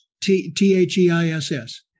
T-H-E-I-S-S